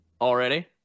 Already